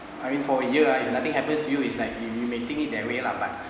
I mean for a year uh if nothing happens to you is like you maintain it that way lah but